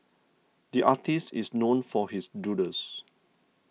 the artist is known for his doodles